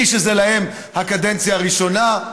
מי שזו להם הקדנציה הראשונה,